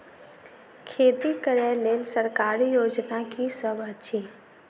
खेती करै लेल सरकारी योजना की सब अछि?